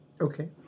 Okay